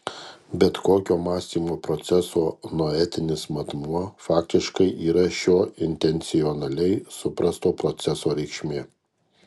bet kokio mąstymo proceso noetinis matmuo faktiškai yra šio intencionaliai suprasto proceso reikšmė